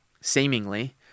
seemingly